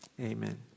Amen